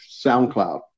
SoundCloud